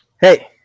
Hey